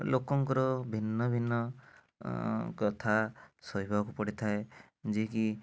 ଲୋକଙ୍କର ଭିନ୍ନଭିନ୍ନ କଥା ସହିବାକୁ ପଡ଼ିଥାଏ ଯିଏକି